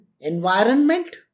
environment